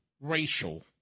racial